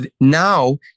Now